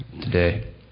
today